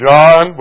John